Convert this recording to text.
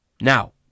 Now